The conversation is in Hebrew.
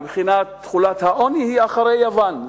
מבחינת תחולת העוני היא אחרי יוון.